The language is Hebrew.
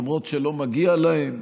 למרות שלא מגיע להם.